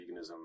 veganism